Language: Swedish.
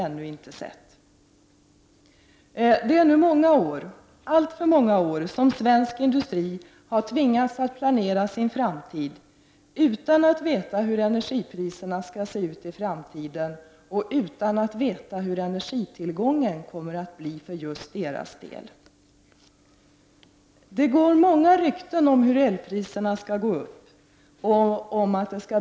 Det rör sig nu om många år, alltför många, som svensk industri har tvingats att planera sin framtid utan att veta hur energipriserna skall se ut i framtiden och utan att veta hur energitillgången kommer att utvecklas för just det egna företaget. Det går många rykten om att elpriserna skall gå upp och om elransonering.